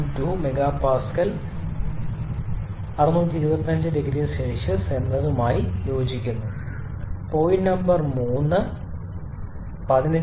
2 MPa 625 0C എന്നതുമായി യോജിക്കുന്നു point number 3 15